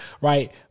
right